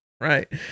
Right